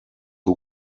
who